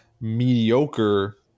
mediocre